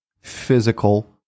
physical